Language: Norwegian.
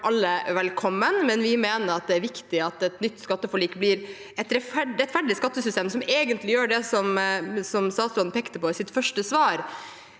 alle velkomne, men vi mener at det er viktig at et nytt skatteforlik blir et rettferdig skattesystem som egentlig gjør det som statsråden pekte på i sitt første svar